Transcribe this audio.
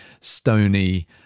stony